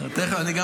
החרדיות, יואב.